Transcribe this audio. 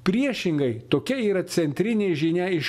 priešingai tokia yra centrinė žinia iš